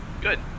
Good